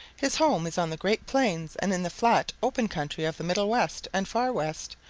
his home is on the great plains and in the flat, open country of the middle west and far west,